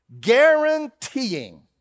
guaranteeing